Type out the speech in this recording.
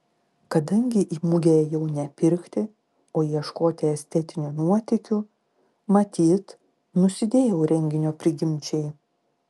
kadangi į mugę ėjau ne pirkti o ieškoti estetinių nuotykių matyt nusidėjau renginio prigimčiai